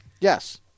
yes